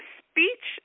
speech